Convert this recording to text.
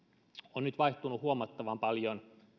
on nyt vaihtunut huomattavan paljon